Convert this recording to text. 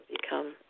become